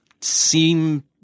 seem